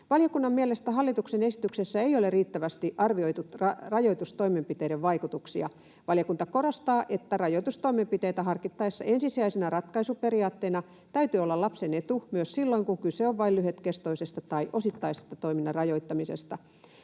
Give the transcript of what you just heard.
Valiokunnan mielestä hallituksen esityksessä ei ole riittävästi arvioitu rajoitustoimenpiteiden vaikutuksia. Valiokunta korostaa, että rajoitustoimenpiteitä harkittaessa ensisijaisena ratkaisuperiaatteena täytyy olla lapsen etu, myös silloin, kun kyse on vain lyhytkestoisesta tai osittaisesta toiminnan rajoittamisesta.